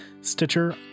Stitcher